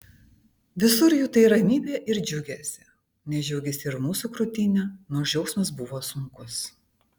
visur jutai ramybę ir džiugesį nes džiaugėsi ir mūsų krūtinė nors džiaugsmas buvo sunkus